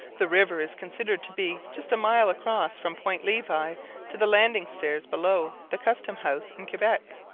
the river is considered to be just a mile across from point levi to the landing-stairs below the custom-house in quebec